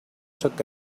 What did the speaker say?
took